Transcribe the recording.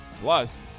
Plus